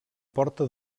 porta